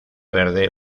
verde